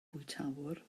bwytäwr